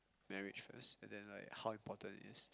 marriage first and then like how important it is